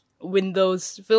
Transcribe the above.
Windows